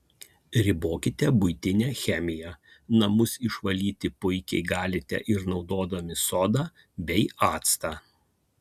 ribokite buitinę chemiją namus išvalyti puikiai galite ir naudodami sodą bei actą